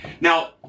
Now